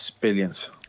billions